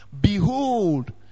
behold